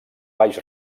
baix